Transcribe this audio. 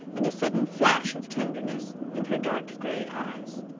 and a sudden flash of tenderness in her dark-gray eyes.